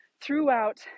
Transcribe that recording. throughout